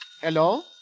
Hello